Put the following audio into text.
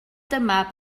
dyma